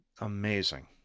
amazing